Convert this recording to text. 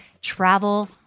travel